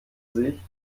sich